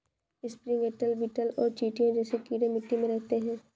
springtail, beetle और चींटियां जैसे कीड़े मिट्टी में रहते हैं